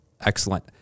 Excellent